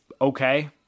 okay